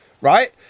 right